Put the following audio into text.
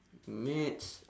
maths